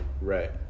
Right